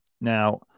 Now